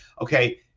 okay